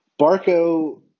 Barco